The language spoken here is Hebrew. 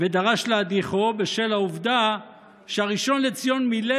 ודרש להדיחו בשל העובדה שהראשון לציון מילא